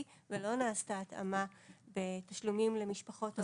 ולא נעשתה התאמה בתשלומים למשפחות האומנה.